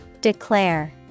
Declare